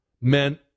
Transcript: meant